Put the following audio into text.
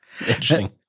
Interesting